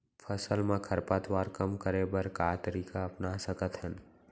फसल मा खरपतवार कम करे बर का तरीका अपना सकत हन?